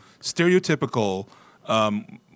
stereotypical